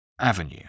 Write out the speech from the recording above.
Avenue